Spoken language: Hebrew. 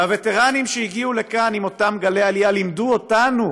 הווטרנים שהגיעו לכאן עם אותם גלי עלייה לימדו אותנו,